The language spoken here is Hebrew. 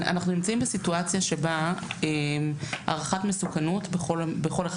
אנחנו נמצאים בסיטואציה שבה הערכת מסוכנות בכל אחד